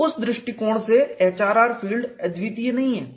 तो उस दृष्टिकोण से HRR स्ट्रेस फील्ड अद्वितीय नहीं है